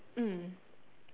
mm